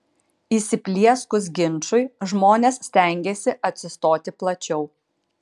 įsiplieskus ginčui žmonės stengiasi atsistoti plačiau